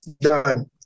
done